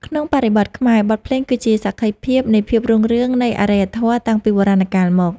ក្នុងបរិបទខ្មែរ បទភ្លេងគឺជាសក្ខីភាពនៃភាពរុងរឿងនៃអរិយធម៌តាំងពីបុរាណកាលមក។